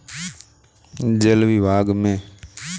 पीने के पानी का बिल का भुगतान हम कहाँ कर सकते हैं?